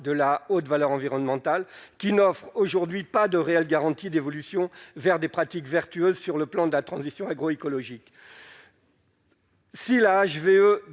de la haute valeur environnementale qui n'offrent aujourd'hui pas de réelle garantie d'évolution vers des pratiques vertueuses sur le plan de la transition agro-écologique. Si la HVE